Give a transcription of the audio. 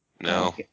No